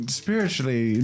spiritually